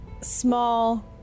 small